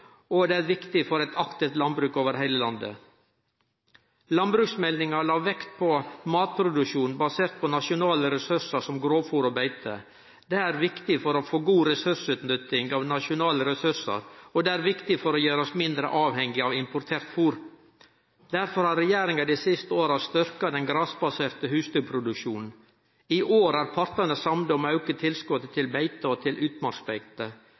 og det er viktig for eit aktivt landbruk over heile landet. Landbruksmeldinga la vekt på matproduksjon basert på nasjonale ressursar som grovfôr og beite. Det er viktig for å få god ressursutnytting av nasjonale ressursar, og det er viktig for å gjere oss mindre avhengige av importert fôr. Derfor har regjeringa dei siste åra styrkt den grasbaserte husdyrproduksjonen. I år er partane samde om å auke tilskotet til beite og til utmarksbeite.